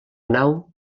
nau